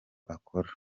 akora